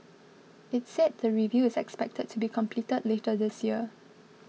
it said the review is expected to be completed later this year